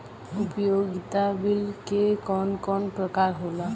उपयोगिता बिल के कवन कवन प्रकार होला?